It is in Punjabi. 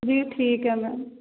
ਜੀ ਠੀਕ ਹੈ ਮੈਮ